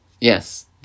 Yes